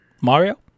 Mario